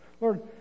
Lord